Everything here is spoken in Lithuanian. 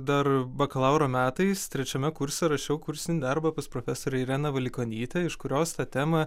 dar bakalauro metais trečiame kurse rašiau kursinį darbą pas profesorę ireną valikonytę iš kurios tą temą